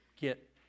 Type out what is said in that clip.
get